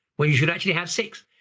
when you should actually have six.